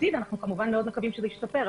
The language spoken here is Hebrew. בעתיד אנחנו מקווים מאוד שזה ישתפר,